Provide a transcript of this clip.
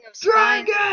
Dragon